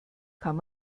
kann